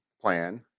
plan